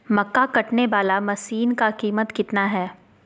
मक्का कटने बाला मसीन का कीमत कितना है?